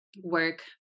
work